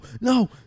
no